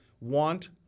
want